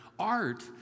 Art